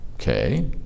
Okay